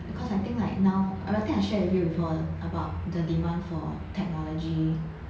because I think like now I think I shared with you before about the demand for technology